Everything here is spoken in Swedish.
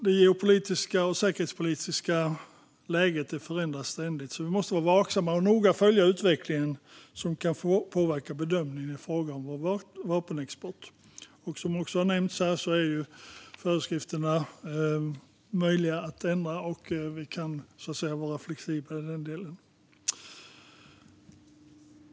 Det geopolitiska och säkerhetspolitiska läget förändras ständigt, så vi måste vara vaksamma och noga följa utvecklingen, som kan påverka bedömningen i fråga om vår vapenexport. Som har nämnts här är föreskrifterna möjliga att ändra. Vi kan, så att säga, vara flexibla i den delen.